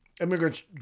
immigrants